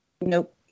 Nope